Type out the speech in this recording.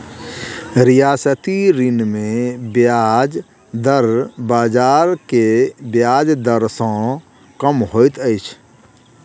रियायती ऋण मे ब्याज दर बाजार के ब्याज दर सॅ कम होइत अछि